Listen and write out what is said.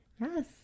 Yes